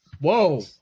Whoa